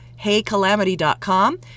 heycalamity.com